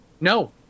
No